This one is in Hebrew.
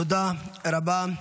תודה רבה.